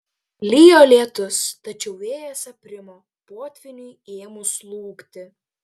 lijo lietus tačiau vėjas aprimo potvyniui ėmus slūgti